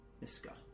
Miska